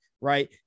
right